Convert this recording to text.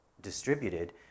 distributed